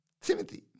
Timothy